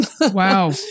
Wow